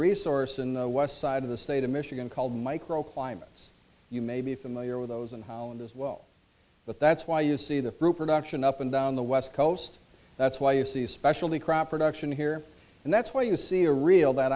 resource in the west side of the state of michigan called microclimates you may be familiar with those and how and as well but that's why you see the production up and down the west coast that's why you see specialty crop production here and that's why you see a real